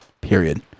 period